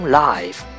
life